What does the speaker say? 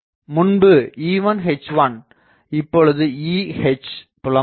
முன்பு E1H1 இப்பொழுது EHபுலம் ஆகும்